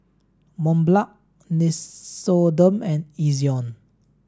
Mont Blanc Nixoderm and Ezion